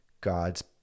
God's